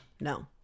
no